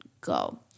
go